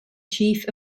chief